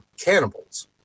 cannibals